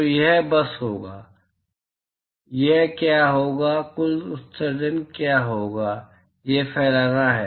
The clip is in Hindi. तो यह बस होगा यह क्या होगा कुल उत्सर्जन क्या होगा यह फैलाना है